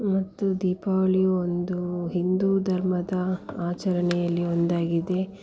ಮತ್ತು ದೀಪಾವಳಿಯು ಒಂದು ಹಿಂದೂ ಧರ್ಮದ ಆಚರಣೆಯಲ್ಲಿ ಒಂದಾಗಿದೆ